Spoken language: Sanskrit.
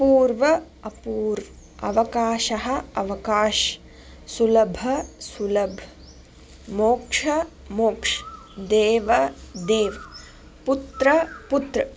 अपूर्व अपूर्व् अवकाशः अवकाश् सुलभ सुलभ् मोक्ष मोक्ष् देव देव् पुत्र पुत्र्